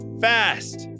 fast